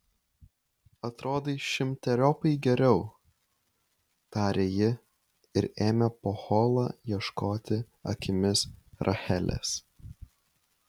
atrodai šimteriopai geriau tarė ji ir ėmė po holą ieškoti akimis rachelės